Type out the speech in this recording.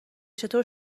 چطور